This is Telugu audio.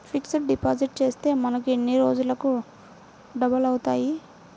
ఫిక్సడ్ డిపాజిట్ చేస్తే మనకు ఎన్ని రోజులకు డబల్ అవుతాయి?